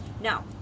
now